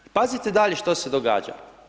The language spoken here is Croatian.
Pazite dalje što se događa.